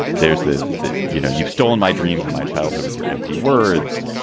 there's the the you know you've stolen my dreams and my childhood with your empty words